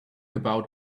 about